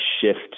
shift